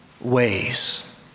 ways